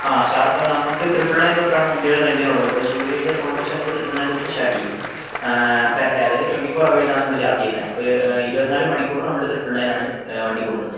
ആ സാർ ഇപ്പം നമുക്ക് ട്രിപ്പിൾ നയൻ തൊട്ടാണ് വണ്ടികള് റെൻറ്റിന് കൊടുക്കുന്നത് അപ്പം ടു വീലേഴ്സ് ഓൾമോസ്റ്റ് നമുക്ക് ട്രിപ്പിൾ നയൻ തൊട്ട് സ്റ്റാർട്ട് ചെയ്യും പെർ ഡേ അതായത് ട്വൻറ്റി ഫോർ ഹവേഴ്സാ നമ്മള് ചാർജ് ചെയ്യുന്നെ ഒര് ഇരുപത്നാല് മണിക്കൂറ് നമ്മള് ട്രിപ്പിൾ നയൻ ആണ് വണ്ടി കൊടുക്കുന്നത്